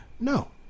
No